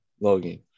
Logan